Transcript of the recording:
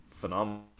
phenomenal